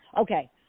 Okay